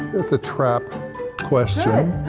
it's a trap question.